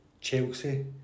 Chelsea